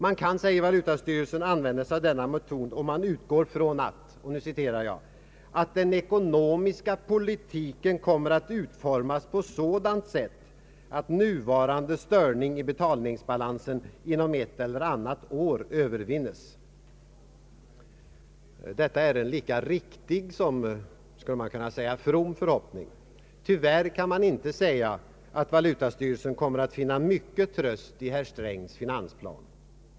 Man kan, framhåller valutastyrelsen, använda sig av denna metod om man utgår från att ”den ekonomiska politiken kommer att utformas på sådant sätt, att nuvarande störning i betalningsbalansen inom ett eller annat år övervinnes”. Detta är en lika riktig som, skulle man kunna säga, from förhoppning. Tyvärr kan man inte påstå att valutastyrelsen kommer att finna mycken tröst i herr Strängs finansplan.